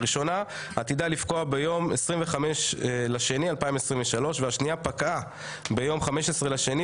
הראשונה עתידה לפקוע ביום 25 בפברואר 2023 והשנייה פקעה ב-15 בפברואר,